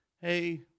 Hey